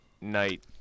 night